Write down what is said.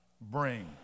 bring